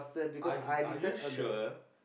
are you are you sure